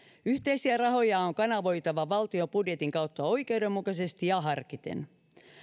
yhteisiä rahoja on on kanavoitava valtion budjetin kautta oikeudenmukaisesti ja harkiten